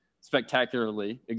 spectacularly